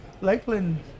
Lakeland